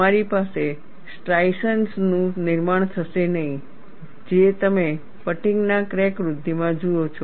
તમારી પાસે સ્ટ્રાઇશન્સનું નિર્માણ થશે નહીં જે તમે ફટીગ ના ક્રેક વૃદ્ધિમાં જુઓ છો